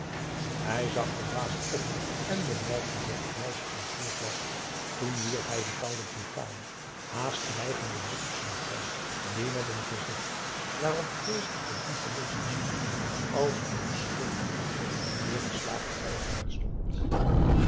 hij zag verbaasd op en bemerkte dat het meisje ontroerd was toen wierp hij een kouden brutalen haast dreigenden blik op zijn vrouw die met een gezicht waarop vrees en verdriet te lezen stonden als een schuldige met nêergeslagen oogen daar stond